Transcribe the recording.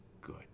good